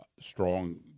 strong